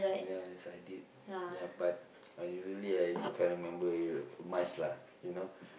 yes I did ya but I really I can't remember much lah you know